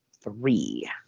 three